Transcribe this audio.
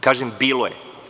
Kažem – bilo je.